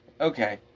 Okay